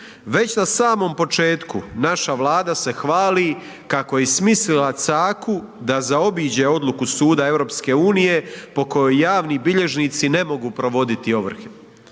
Već na samom početku naša Vlada se hvali kako je smislila caku da zaobiđe odluku Suda EU po kojoj javni bilježnici ne mogu provoditi ovrhe.